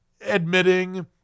Admitting